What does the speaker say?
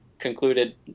concluded